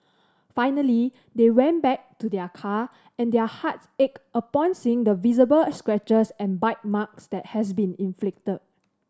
finally they went back to their car and their hearts ached upon seeing the visible scratches and bite marks that had been inflicted